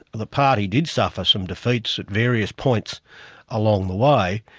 the party did suffer some defeats at various points along the way,